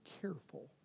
careful